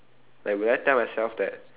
like will I tell myself that